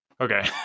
Okay